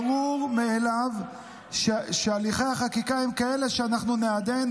ברור מאליו שהליכי החקיקה הם כאלה שאנחנו נעדן,